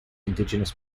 indigenous